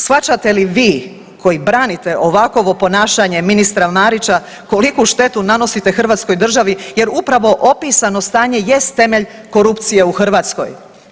Shvaćate li vi, koji branite ovakovo ponašanje ministra Marića, koliku štetu nanosite Hrvatskoj državi, jer upravo opisano stanje jest temelj korupcije u Hrvatskoj.